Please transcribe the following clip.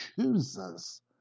chooses